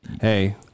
Hey